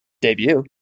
debut